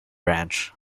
branch